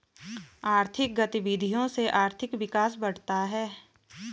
आर्थिक गतविधियों से आर्थिक विकास बढ़ता है